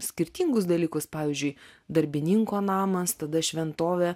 skirtingus dalykus pavyzdžiui darbininko namas tada šventovė